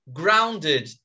grounded